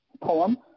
poem